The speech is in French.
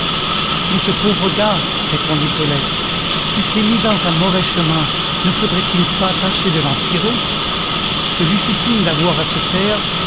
mais ce pauvre gars répondit brulette s'il s'est mis dans un mauvais chemin ne faudrait-il pas tâcher de l'en retirer je lui fis signe d'avoir à se taire